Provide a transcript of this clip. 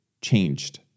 changed